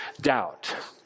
doubt